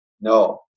No